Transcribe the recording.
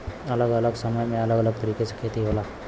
अलग अलग समय में अलग तरीके से खेती होला